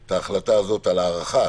את ההחלטה הזאת על ההארכה,